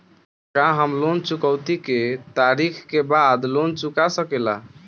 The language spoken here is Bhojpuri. का हम लोन चुकौती के तारीख के बाद लोन चूका सकेला?